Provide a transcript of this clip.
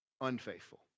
Unfaithful